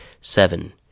Seven